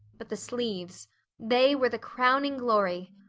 but the sleeves they were the crowning glory!